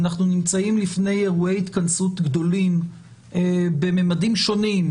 אנחנו נמצאים לפני אירועי התכנסות גדולים בממדים שונים,